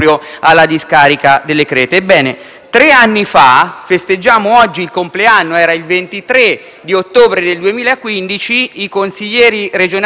tre anni fa - ne festeggiamo oggi il compleanno, perché era il 23 ottobre del 2015 - i consiglieri regionali della Lega Fiorini e Mancini